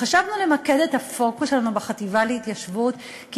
חשבנו למקד את הפוקוס שלנו בחטיבה להתיישבות כי